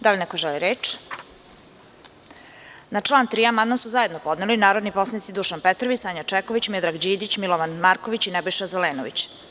Da li neko želi reč? (Ne) Na član 3. amandman su zajedno podneli narodni poslanici Dušan Petrović, Sanja Čeković, Miodrag Đidić, Milovan Marković i Nebojša Zelenović.